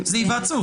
זה היוועצות.